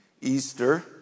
Easter